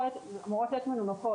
אמורות להיות מנומקות.